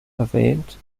erwähnt